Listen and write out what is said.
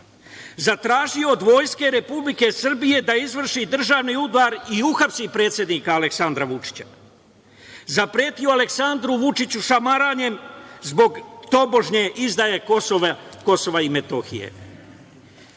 zatražio od Vojske Republike Srbije da izvrši državni udar i uhapsi predsednika Aleksandra Vučića, zapretio Aleksandru Vučiću šamaranjem zbog tobožne izdaje Kosova i Metohije. Dana,